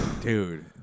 Dude